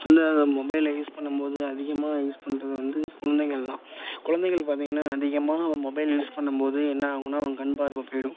இந்த மொபைலில் யூஸ் பண்ணும் போது அதிகமாக யூஸ் பண்ணுறது வந்து குழந்தைகள் தான் குழந்தைகள் பார்த்திங்கன்னா அதிகமாக அவன் மொபைல் யூஸ் பண்ணும் போது என்ன ஆகும்னா அவன் கண் பார்வை போய்டும்